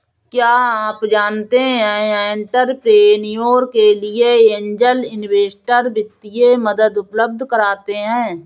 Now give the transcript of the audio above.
क्या आप जानते है एंटरप्रेन्योर के लिए ऐंजल इन्वेस्टर वित्तीय मदद उपलब्ध कराते हैं?